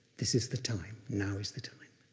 this is the time, now is the time.